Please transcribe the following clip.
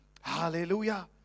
Hallelujah